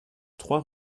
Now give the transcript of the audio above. trois